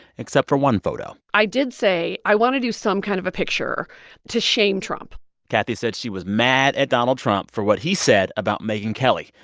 except for one photo i did say i want to do some kind of a picture to shame trump kathy said she was mad at donald trump for what he said about megyn kelly,